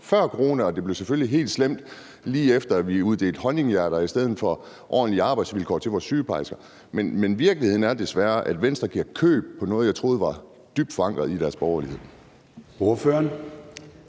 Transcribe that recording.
før corona, og det blev selvfølgelig helt slemt, lige efter at man uddelte honninghjerter i stedet for ordentlige arbejdsvilkår til vores sygeplejersker. Men virkeligheden er desværre, at man i Venstre giver køb på noget, jeg troede var dybt forankret i deres borgerlighed.